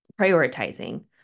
prioritizing